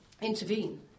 intervene